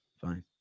Fine